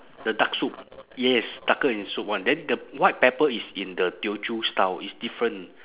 the dark soup yes darker in soup one then the white pepper is in the teochew style it's different